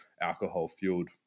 alcohol-fueled